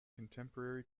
contemporary